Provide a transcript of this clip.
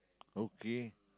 okay